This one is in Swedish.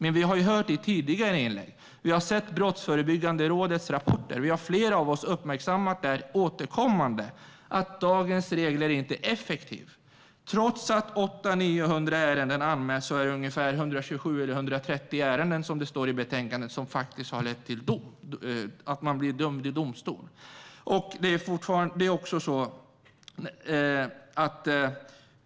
Men vi har hört i tidigare inlägg, vi har sett Brottsförebyggande rådets rapporter och flera av oss har återkommande uppmärksammat att dagens regler inte är effektiva. Trots att 800-900 ärenden har anmälts är det 127 eller ungefär 130 ärenden som har lett till dom.